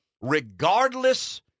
regardless